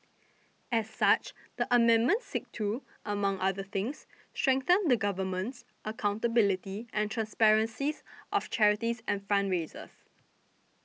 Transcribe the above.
as such the amendments seek to among other things strengthen the governance accountability and transparency of charities and fundraisers